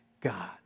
God